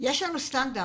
יש לנו סטנדרט